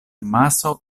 maso